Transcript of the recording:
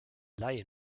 laie